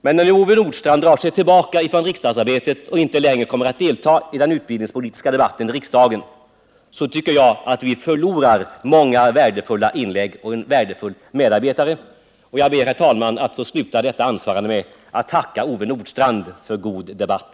Men när Ove Nordstrandh drar sig tillbaka från riksdagsarbetet och inte längre kommer att delta i den utbildningspolitiska debatten här tycker jag att vi förlorar många värdefulla inlägg och en värdefull medarbetare. Jag ber, herr talman, att få sluta detta anförande med att tacka Ove Nordstrandh för god debatt.